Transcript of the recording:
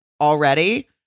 already